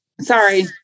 Sorry